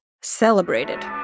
celebrated